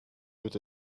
peut